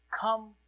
come